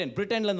Britain